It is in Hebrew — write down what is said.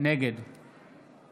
נגד